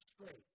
straight